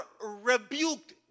rebuked